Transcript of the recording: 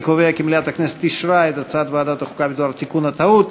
אני קובע כי מליאת הכנסת אישרה את החלטת ועדת החוקה בדבר תיקון הטעות.